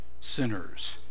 sinners